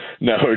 No